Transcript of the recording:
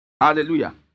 Hallelujah